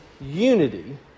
unity